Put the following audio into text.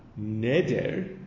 neder